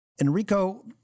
Enrico